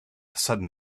sudden